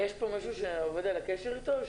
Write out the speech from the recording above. יש פה מישהו שעובד על הקשר אתו?